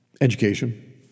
Education